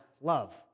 love